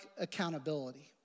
accountability